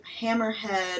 Hammerhead